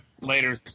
Later